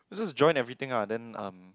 just join everything ah then um